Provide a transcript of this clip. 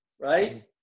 Right